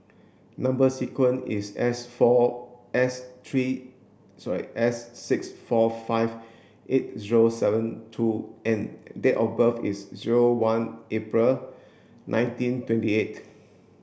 number sequence is S four S three sorry S six four five eight zero seven two N and date of birth is zero one April nineteen twenty eight